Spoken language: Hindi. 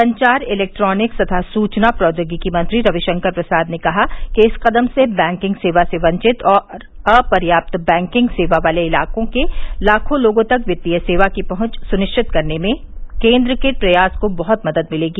संचार इलेक्ट्रानिक्स तथा सूचना प्रौद्योगिकी मंत्री रविशंकर प्रसाद ने कहा कि इस कदम से बैंकिंग सेवा से वचित और अप्रयाप्त बैंकिंग सेवा वाले इलाकों के लाखों लोगों तक वित्तीय सेवा की पहुंच सुनिश्चित करने में केन्द्र के प्रयास को बहुत मदद मिलेगी